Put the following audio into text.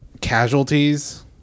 casualties